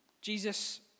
Jesus